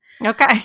okay